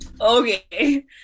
okay